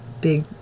big